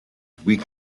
week